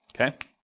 Okay